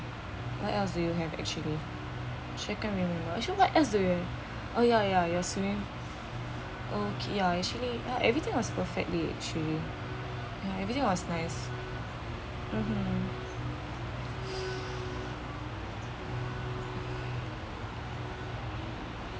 what else do you have actually I can't remember actually what else do you have oh ya ya your swimming ok~ ya your actually everything was perfectly actually ya everything was nice mmhmm